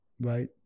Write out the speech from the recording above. Right